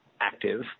active